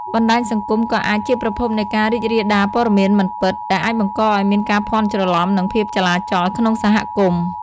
បណ្តាញសង្គមក៏អាចជាប្រភពនៃការរីករាលដាលព័ត៌មានមិនពិត ដែលអាចបង្កឱ្យមានការភាន់ច្រឡំ និងភាពចលាចលក្នុងសហគមន៍។